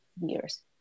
years